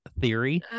theory